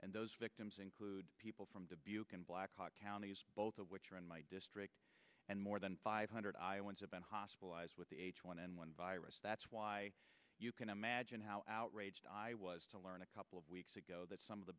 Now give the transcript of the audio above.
and those victims include people from dubuque and blackhawk counties both of which are in my district and more than five hundred iowans have been hospitalized with the h one n one virus that's why you can imagine how outraged i was to learn a couple of weeks ago that some of the